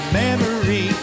memory